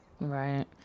Right